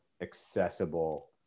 accessible